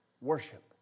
worship